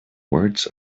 words